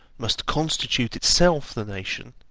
must constitute itself the nation,